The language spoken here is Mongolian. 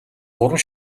гурван